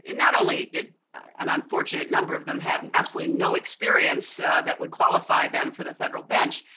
and not only did an unfortunate number of them have absolutely no experience that would qualify them for the federal bench,